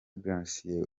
gratien